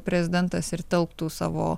prezidentas ir telktų savo